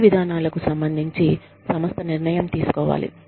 ఈ విధానాలకు సంబంధించి సంస్థ నిర్ణయం తీసుకోవాలి